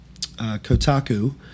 Kotaku